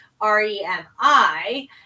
R-E-M-I